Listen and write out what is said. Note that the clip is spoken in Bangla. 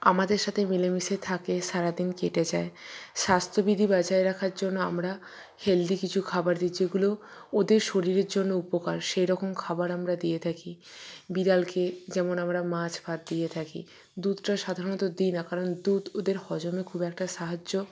আমাদের সাথে মিলেমিশে থাকে সারাদিন কেটে যায় স্বাস্থ্যবিধি বজায় রাখার জন্য আমরা হেলদি কিছু খাবার দিই যেগুলো ওদের শরীরের জন্য উপকার সেরকম খাবার আমরা দিয়ে থাকি বিড়ালকে যেমন আমরা মাছ ভাত দিয়ে থাকি দুধটা সাধারণত দিই না কারণ দুধ ওদের হজমে খুব একটা সাহায্য